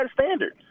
standard